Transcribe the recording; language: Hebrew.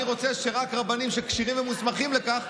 אני רוצה שרק רבנים שכשירים ומוסמכים לכך,